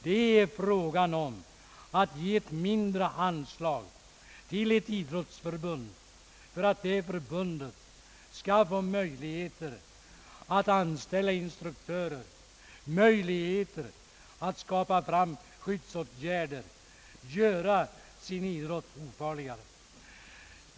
Det är fråga om att ge ett mindre anslag till ett idrottsförbund för att det förbundet skall få möjligheter att anställa instruktörer, få möjligheter att skapa skyddsåtgärder, göra sin idrott ofarligare.